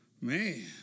man